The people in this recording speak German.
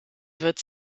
wird